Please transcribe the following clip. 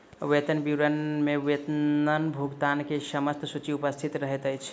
वेतन विवरण में वेतन भुगतान के समस्त सूचि उपस्थित रहैत अछि